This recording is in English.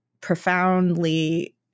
profoundly